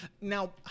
Now